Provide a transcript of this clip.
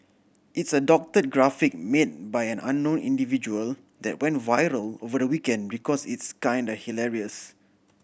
it's a doctored graphic made by an unknown individual that went viral over the weekend because it's kinda hilarious